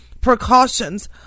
precautions